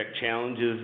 challenges